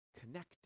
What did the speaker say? connected